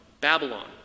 Babylon